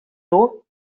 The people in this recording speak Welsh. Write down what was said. nhw